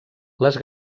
les